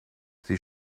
sie